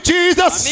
Jesus